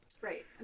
Right